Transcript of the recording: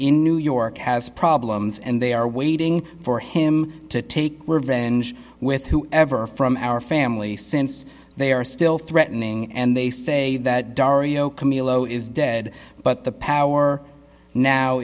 in new york has problems and they are waiting for him to take revenge with whoever from our family since they are still threatening and they say that daria camillo is dead but the power now